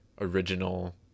original